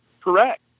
Correct